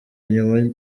nyuma